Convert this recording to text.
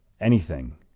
Anything